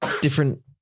different